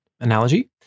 analogy